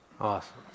awesome